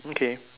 okay